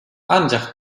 ancak